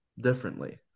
differently